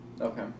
Okay